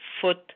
foot